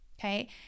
okay